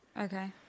okay